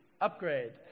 Upgrade